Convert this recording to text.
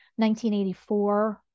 1984